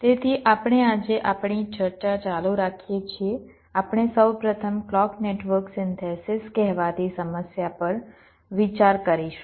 તેથી આપણે આજે આપણી ચર્ચા ચાલુ રાખીએ છીએ આપણે સૌ પ્રથમ ક્લૉક નેટવર્ક સિન્થેસીસ કહેવાતી સમસ્યા પર વિચાર કરીશું